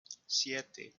siete